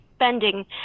Spending